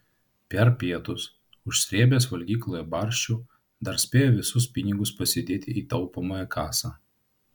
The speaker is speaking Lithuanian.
per pietus užsrėbęs valgykloje barščių dar spėjo visus pinigus pasidėti į taupomąją kasą